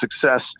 success